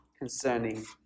concerning